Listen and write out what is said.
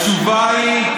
התשובה היא: לא.